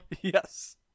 Yes